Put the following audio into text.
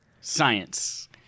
science